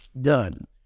done